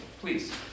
please